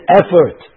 effort